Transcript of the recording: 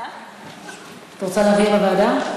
את רוצה להעביר לוועדה?